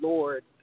Lord